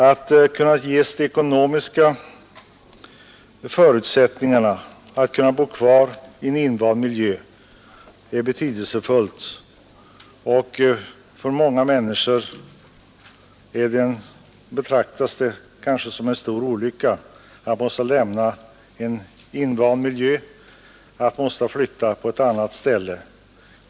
Att ges de ekonomiska förutsättningarna för att kunna bo kvar i en invand miljö är betydelsefullt, och för många människor betraktas det kanske som en stor olycka att vara tvungna lämna en invand miljö, att tvingas flytta till ett annat ställe.